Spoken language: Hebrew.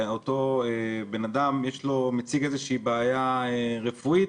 ואותו בן אדם מציג בעיה רפואית,